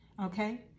Okay